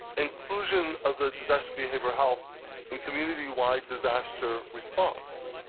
inclusion of the disaster behavioral health in community-wide disaster response.